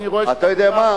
אני רואה שאתה מודאג.